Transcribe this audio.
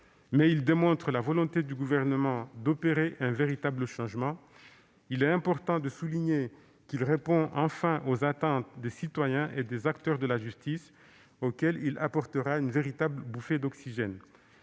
mais il démontre la volonté du Gouvernement d'opérer un véritable changement. Il est important de souligner qu'il répond enfin aux attentes des citoyens et des acteurs de la justice, auxquels il apportera une véritable bouffée d'oxygène.